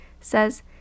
says